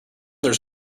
there